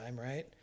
right